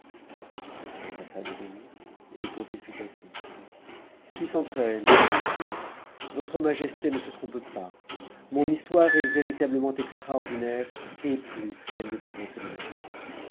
le prince assad obéit et quand il futassis puissante reine dit-il votre majesté ne se trompe pas mon histoire est véritanement extraordinaire et plus qu'elle ne pourrait se l'imaginer